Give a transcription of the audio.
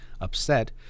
upset